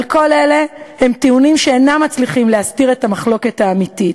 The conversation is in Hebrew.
אבל כל אלה הם טיעונים שאינם מצליחים להסתיר את המחלוקת האמיתית.